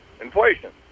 Inflation